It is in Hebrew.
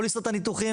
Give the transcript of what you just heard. פוליסות הניתוחים,